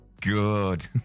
Good